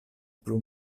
plu